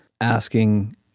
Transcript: asking